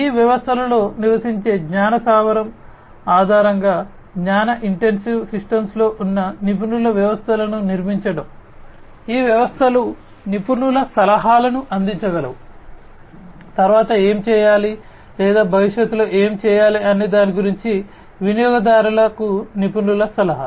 ఈ వ్యవస్థలలో నివసించే జ్ఞాన స్థావరం ఆధారంగా జ్ఞాన ఇంటెన్సివ్ సిస్టమ్స్లో ఉన్న నిపుణుల వ్యవస్థలను నిర్మించడం ఈ వ్యవస్థలు నిపుణుల సలహాలను అందించగలవు తరువాత ఏమి చేయాలి లేదా భవిష్యత్తులో ఏమి చేయాలి అనే దాని గురించి వినియోగదారులకు నిపుణుల సలహా